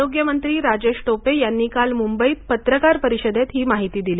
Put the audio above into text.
आरोग्य मंत्री राजेश टोपे यांनी काल मुंबईत पत्रकार परिषदेत ही माहिती दिली